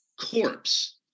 corpse